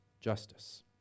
justice